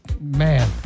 man